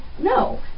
no